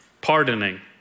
pardoning